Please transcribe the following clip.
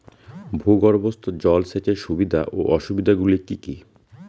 ভূগর্ভস্থ জল সেচের সুবিধা ও অসুবিধা গুলি কি কি?